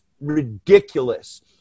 ridiculous